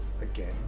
Again